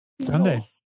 Sunday